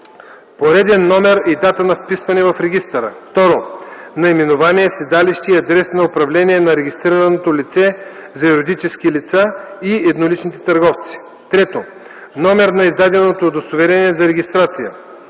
пореден номер и дата на вписване в регистъра; 2. наименование, седалище и адрес на управление на регистрираното лице – за юридическите лица и едноличните търговци; 3. номер на издаденото удостоверение за регистрация;